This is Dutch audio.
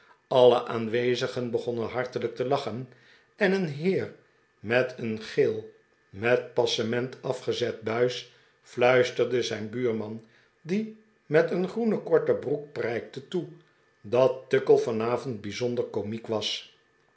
alle aanwezigen begonnen hartelijk te lachen en een heer met een geel met passement afgezet buis fluisterde zijn buurman die met een groene korte broek prijkte toe dat tuckle vanavond bijzonder komiek was